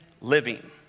living